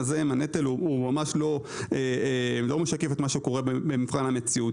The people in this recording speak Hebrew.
העניין הזה עם הנטל הוא ממש לא משקף את מה שקורה במבחן המציאות.